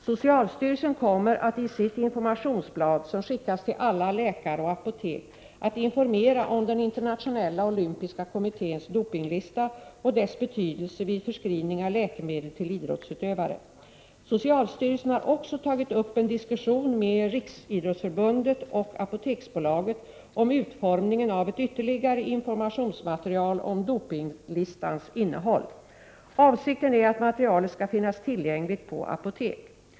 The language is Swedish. Socialstyrelsen kommer i sitt informationsblad, som skickas till alla läkare och apotek, att informera om den Internationella olympiska kommitténs dopinglista och dess betydelse vid förskrivning av läkemedel till idrottsutövare. Socialstyrelsen har också tagit upp en diskussion med Riksidrottsförbundet och Apoteksbolaget om utformningen av ett ytterligare informationsmaterial om dopinglistans innehåll. Avsikten är att materialet skall finnas tillgängligt på apotek.